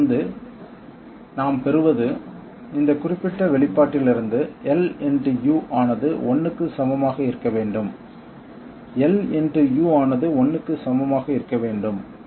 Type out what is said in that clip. இங்கிருந்து நாம் பெறுவது இந்த குறிப்பிட்ட வெளிப்பாட்டிலிருந்து L × U ஆனது 1 க்கு சமமாக இருக்க வேண்டும் L × U ஆனது 1 க்கு சமமாக இருக்க வேண்டும்